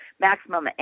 maximum